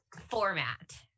format